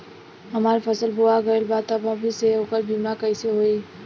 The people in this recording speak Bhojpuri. हमार फसल बोवा गएल बा तब अभी से ओकर बीमा कइसे होई?